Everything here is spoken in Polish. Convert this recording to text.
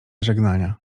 żegnania